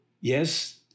yes